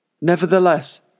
Nevertheless